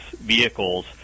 vehicles